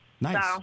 Nice